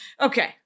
Okay